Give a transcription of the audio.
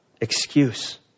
excuse